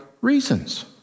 reasons